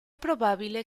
probabile